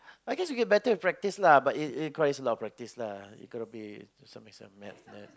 I guess you get better with practice lah but it requires a lot of practice lah you gonna be to some extent ya ya